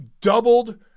doubled